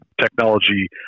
technology